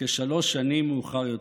כשלוש שנים מאוחר יותר.